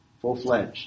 full-fledged